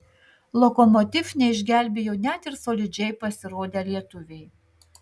lokomotiv neišgelbėjo net ir solidžiai pasirodę lietuviai